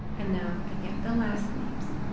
and now i get the last names.